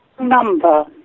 number